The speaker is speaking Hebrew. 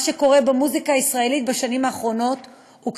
מה שקורה במוזיקה הישראלית בשנים האחרונות הוא